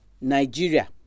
Nigeria